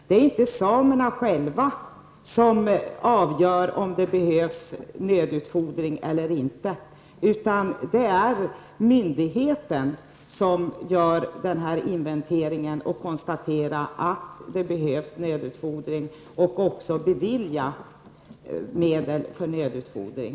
Det är inte samerna själva som avgör om det behövs nödutfodring eller inte. Myndigheten i fråga gör en inventering och konstaterar om det behövs nödutfordring. Det är också myndigheten som beviljar medel för nödutfodring.